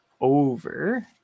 over